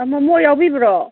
ꯃꯣꯃꯣ ꯌꯥꯎꯕꯤꯕ꯭ꯔꯣ